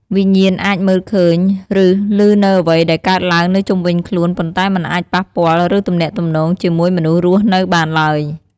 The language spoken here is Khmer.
វិញ្ញាណអាចមើលឃើញ និងឮនូវអ្វីដែលកើតឡើងនៅជុំវិញខ្លួន ប៉ុន្តែមិនអាចប៉ះពាល់ ឬទំនាក់ទំនងជាមួយមនុស្សរស់នៅបានឡើយ។